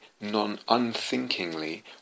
non-unthinkingly